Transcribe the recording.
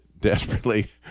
desperately